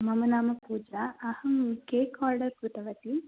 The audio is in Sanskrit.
मम नाम पूजा अहं केक् आर्डर् कृतवती